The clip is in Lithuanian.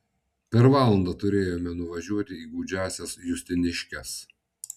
per valandą turėjome nuvažiuoti į gūdžiąsias justiniškes